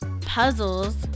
puzzles